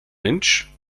inch